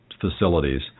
facilities